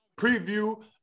preview